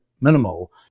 minimal